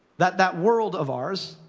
that that world of ours,